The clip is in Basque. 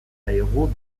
zaigu